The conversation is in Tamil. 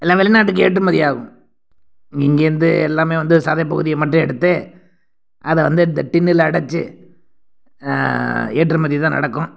எல்லாம் வெளிநாட்டுக்கு ஏற்றுமதியாகும் இங்கேர்ந்து எல்லாமே வந்து சதை பகுதியை மட்டும் எடுத்து அதை வந்து இந்த டின்னில் அடைச்சு ஏற்றுமதி தான் நடக்கும்